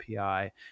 API